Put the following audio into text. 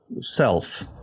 self